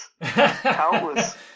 Countless